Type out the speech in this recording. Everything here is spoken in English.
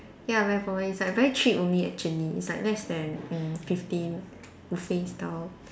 ya very popular it's like very cheap only actually it's like less than mm fifteen buffet style